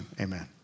Amen